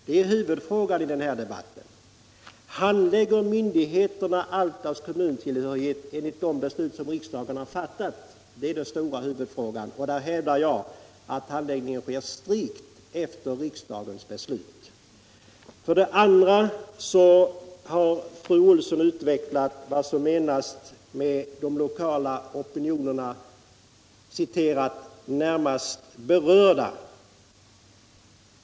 Det är huvudfrågan i den här debatten: Handlägger myndigheterna Alftas kommuntillhörighet enligt de beslut som riksdagen har fattat? Jag hävdar att handläggningen sker strikt efter riksdagens beslut. Fru Olsson har vidare utvecklat vad hon avser med de lokala opinionerna. Vi har fått veta att hon avser ”de närmast berörda”.